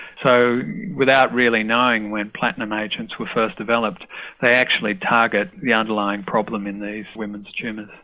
so without really knowing when platinum agents were first developed they actually target the underlying problem in these women's tumours.